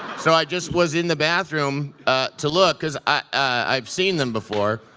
so i just was in the bathroom to look, cause i've seen them before,